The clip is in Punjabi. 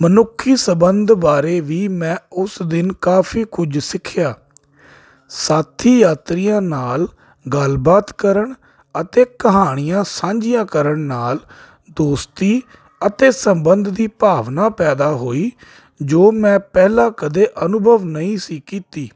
ਮਨੁੱਖੀ ਸੰਬੰਧ ਬਾਰੇ ਵੀ ਮੈਂ ਉਸ ਦਿਨ ਕਾਫੀ ਕੁਝ ਸਿੱਖਿਆ ਸਾਥੀ ਯਾਤਰੀਆਂ ਨਾਲ ਗੱਲਬਾਤ ਕਰਨ ਅਤੇ ਕਹਾਣੀਆਂ ਸਾਂਝੀਆਂ ਕਰਨ ਨਾਲ ਦੋਸਤੀ ਅਤੇ ਸੰਬੰਧ ਦੀ ਭਾਵਨਾ ਪੈਦਾ ਹੋਈ ਜੋ ਮੈਂ ਪਹਿਲਾਂ ਕਦੇ ਅਨੁਭਵ ਨਹੀਂ ਸੀ ਕੀਤੀ